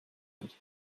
hat